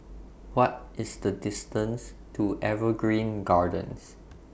What IS The distance to Evergreen Gardens